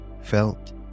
felt